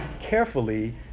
carefully